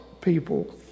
people